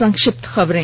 संक्षिप्त खबरें